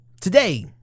Today